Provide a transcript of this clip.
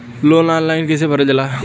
Loan online कइसे भरल जाला?